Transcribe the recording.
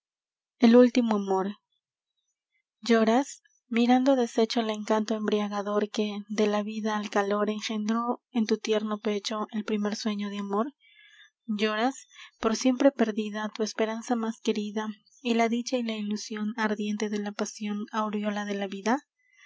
el último amor lloras mirando deshecho el encanto embriagador que de la vida al calor engendró en tu tierno pecho el primer sueño de amor lloras por siempre perdida tu esperanza más querida y la dicha y la ilusion ardiente de la pasion aureola de la vida